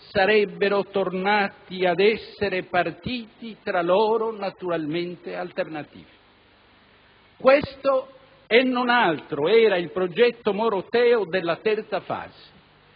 sarebbero tornati ad essere partiti tra loro naturalmente alternativi. Questo e non altro era il progetto moroteo della «Terza fase»: